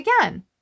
again